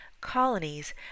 colonies